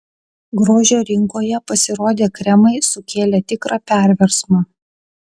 grožio rinkoje pasirodę kremai sukėlė tikrą perversmą